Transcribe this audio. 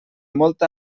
molta